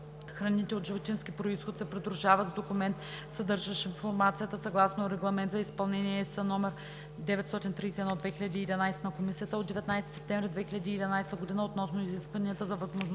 1.храните от животински произход се придружават с документ, съдържащ информацията съгласно Регламент за изпълнение (ЕС) № 931/2011 на Комисията от 19 септември 2011 г. относно изискванията за възможността